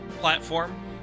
platform